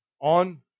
on